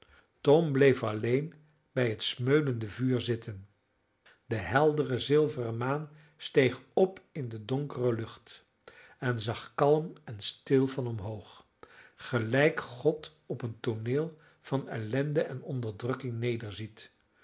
tom bleef alleen bij het smeulende vuur zitten de heldere zilveren maan steeg op in de donkere lucht en zag kalm en stil van omhoog gelijk god op een tooneel van ellende en onderdrukking